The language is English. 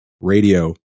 radio